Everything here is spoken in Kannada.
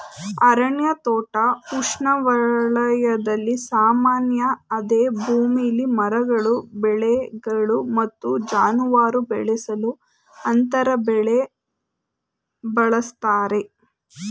ಅರಣ್ಯ ತೋಟ ಉಷ್ಣವಲಯದಲ್ಲಿ ಸಾಮಾನ್ಯ ಅದೇ ಭೂಮಿಲಿ ಮರಗಳು ಬೆಳೆಗಳು ಮತ್ತು ಜಾನುವಾರು ಬೆಳೆಸಲು ಅಂತರ ಬೆಳೆ ಬಳಸ್ತರೆ